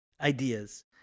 ideas